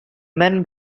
men